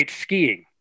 skiing